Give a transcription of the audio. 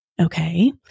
Okay